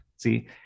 see